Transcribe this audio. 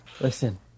Listen